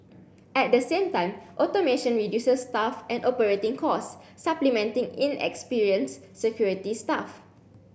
at the same time automation reduces staff and operating costs supplementing inexperienced security staff